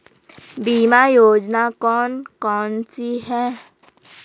बीमा योजना कौन कौनसी हैं?